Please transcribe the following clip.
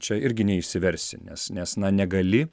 čia irgi neišsiversi nes nes na negali